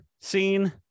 scene